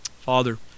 Father